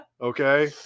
Okay